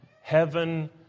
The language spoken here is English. Heaven